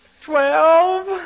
twelve